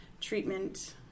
Treatment